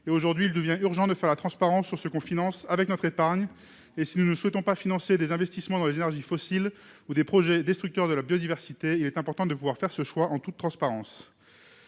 aujourd'hui, il devient urgent de faire toute la lumière sur ce que l'on finance avec notre épargne. Si l'on ne souhaite pas financer des investissements dans les énergies fossiles ou des projets destructeurs de la biodiversité, il est important de pouvoir faire ce choix en toute transparence.